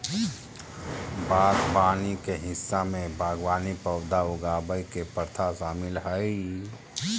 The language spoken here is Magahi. बागवानी के हिस्सा में बागवानी पौधा उगावय के प्रथा शामिल हइ